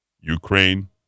Ukraine